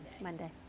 Monday